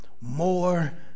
more